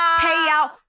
payout